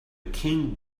king